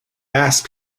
ask